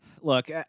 Look